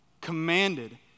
commanded